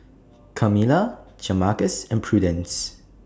Kamila Jamarcus and Prudence